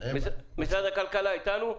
משרד הכלכלה איתנו?